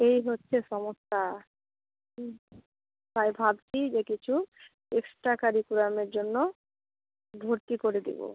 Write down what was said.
এই হচ্ছে সমস্যা হুঁ তাই ভাবছি যে কিছু এক্সট্রা কারিকুলামের জন্য ভর্তি করে দেব